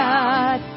God